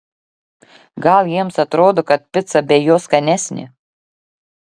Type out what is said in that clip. gal jiems atrodo kad pica be jo skanesnė